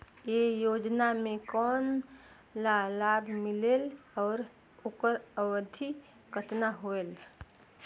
ये योजना मे कोन ला लाभ मिलेल और ओकर अवधी कतना होएल